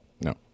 no